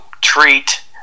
treat